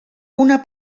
una